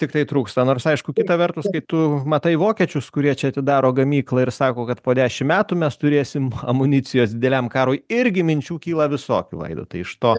tikrai trūksta nors aišku kita vertus kai tu matai vokiečius kurie čia atidaro gamyklą ir sako kad po dešimt metų mes turėsim amunicijos dideliam karui irgi minčių kyla visokių vaidotai iš to